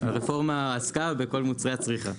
הרפורמה עסקה בכל מוצרי הצריכה.